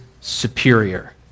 superior